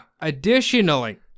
Additionally